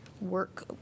work